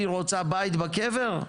היא רוצה בית בקבר?